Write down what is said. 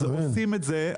אז אנחנו עושים את זה,